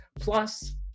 Plus